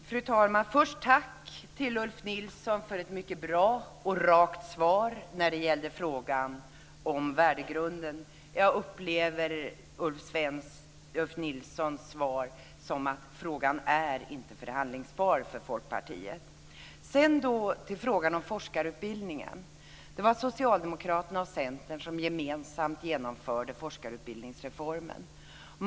Fru talman! Jag vill först tacka Ulf Nilsson för ett mycket bra och rakt svar när det gäller frågan om värdegrunden. Jag upplevde Ulf Nilssons svar som att frågan inte är förhandlingsbar för Folkpartiet. Sedan över till frågan om forskarutbildningen. Det var Socialdemokraterna och Centern som gemensamt genomförde forskarutbildningsreformen.